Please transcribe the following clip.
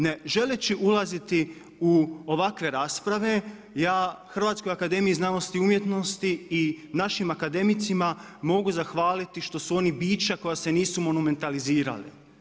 Ne želeći ulaziti u ovakve rasprave ja Hrvatskoj akademiji znanosti i umjetnosti i našim akademicima mogu zahvaliti što su oni bića koja se nisu monumentalizirali.